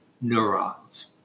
neurons